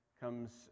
Comes